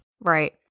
right